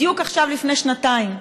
בדיוק עכשיו לפני שנתיים,